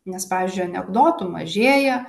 nes pavyzdžiui anekdotų mažėja